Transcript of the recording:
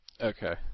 Okay